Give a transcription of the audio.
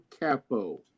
Capo